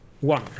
one